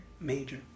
Major